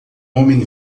homem